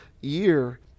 year